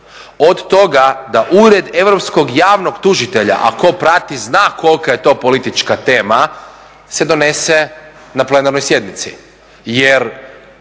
od toga da Ured europskog javnog tužitelja, a tko prati zna kolika je to politička tema se donese na plenarnoj sjednici.